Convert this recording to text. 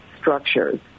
structures